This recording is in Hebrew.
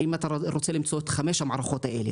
אם אתה רוצה למצוא את חמש המערכות האלה,